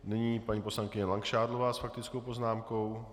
Nyní poslankyně Langšádlová s faktickou poznámkou.